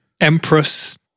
Empress